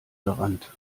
gerannt